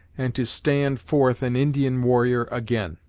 and to stand forth an indian warrior again.